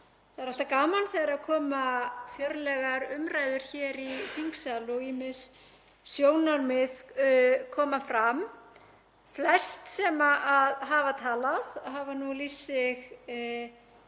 Það er alltaf gaman þegar það verða fjörlegar umræður hér í þingsal og ýmis sjónarmið koma fram. Flest sem hafa talað hafa lýst sig